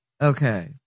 Okay